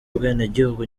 ubwenegihugu